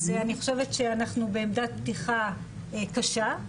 אני חושבת שאנחנו בעמדת פתיחה קשה.